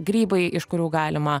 grybai iš kurių galima